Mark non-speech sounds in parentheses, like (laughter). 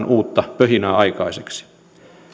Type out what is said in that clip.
(unintelligible) uutta pöhinää aikaiseksi